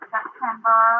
September